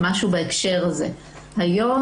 היום,